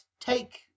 take